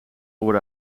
oor